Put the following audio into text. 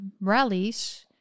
rallies